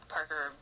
Parker